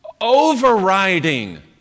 overriding